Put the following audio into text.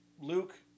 Luke